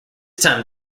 time